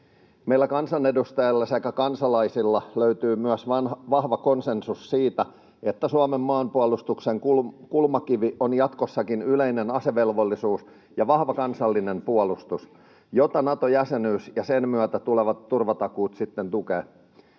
Meillä kansanedustajilla sekä kansalaisilla löytyy myös vahva konsensus siitä, että Suomen maanpuolustuksen kulmakivi on jatkossakin yleinen asevelvollisuus ja vahva kansallinen puolustus, jota Nato-jäsenyys ja sen myötä tulevat turvatakuut sitten tukevat.